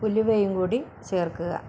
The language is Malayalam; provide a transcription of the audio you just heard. ഉലുവയുംകൂടി ചേർക്കുക